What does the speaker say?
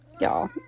Y'all